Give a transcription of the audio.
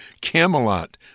Camelot